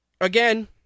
again